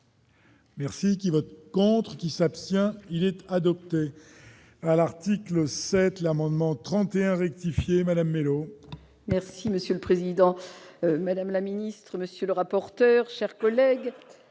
Merci qui vote contre qui s'abstient, il était adopté. à l'article 7 l'amendement 31 rectifier Madame mélo. Merci Monsieur le Président, Madame la Ministre, Monsieur le rapporteur, cher collègue,